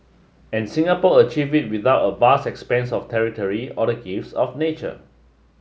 and Singapore achieved it without a vast expanse of territory or the gifts of nature